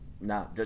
No